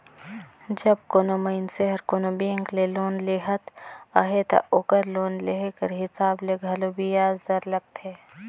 जब कोनो मइनसे हर कोनो बेंक ले लोन लेहत अहे ता ओकर लोन लेहे कर हिसाब ले घलो बियाज दर लगथे